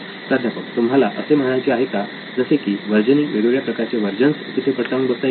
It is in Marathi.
प्राध्यापक तुम्हाला असे म्हणायचे आहे का जसे की व्हर्जनींग वेगवेगळ्या प्रकारचे व्हर्जन्स तिथे पडताळून बघता येतात